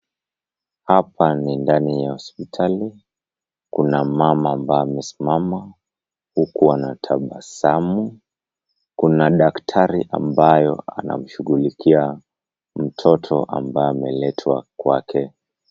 Hapa ni ndani ya hospitali, kuna mama ambaye amesimama huku anatabasamu. Kuna daktari ambaye anamshughulikia mtoto ambaye ameletwa kwake.